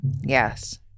yes